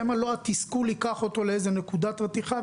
שמא התסכול ייקח אותו לאיזו נקודת רתיחה,